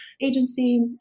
agency